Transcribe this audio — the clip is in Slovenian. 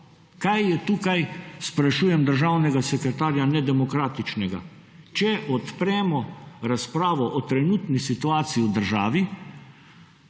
Kaj je tukaj, sprašujem državnega sekretarja, nedemokratičnega, če odpremo razpravo o trenutni situaciji v državi.